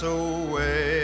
away